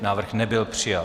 Návrh nebyl přijat.